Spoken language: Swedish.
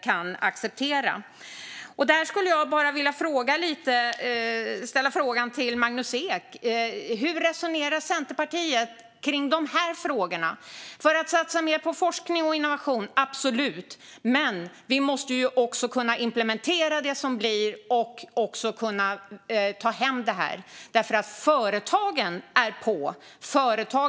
Jag skulle vilja ställa frågan till Magnus Ek: Hur resonerar Centerpartiet kring dessa frågor? Vi ska absolut satsa mer på forskning och innovation, men vi måste också kunna implementera det som blir resultatet och kunna ta hem detta. Företagen är nämligen på.